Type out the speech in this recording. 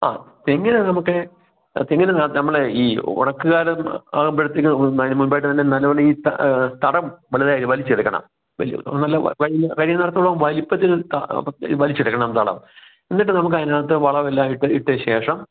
ആ തെങ്ങ് നമുക്ക് തെങ്ങിന് നമ്മൾ ഈ ഉണക്ക് കാലം ആകുമ്പോഴത്തേക്കും അതിനു മുൻപായിട്ട് തന്നെ നനവുള്ള ഈ തടം വലുതായി വലിച്ചെടുക്കണം വലിയ നല്ല കഴിയുന്നടുത്തോളം വലിപ്പത്തിൽ വലിച്ചെടുക്കണം തടം എന്നിട്ട് നമുക്ക് അതിനകത്ത് വളമെല്ലാം ഇട്ട് ഇട്ട ശേഷം